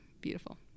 beautiful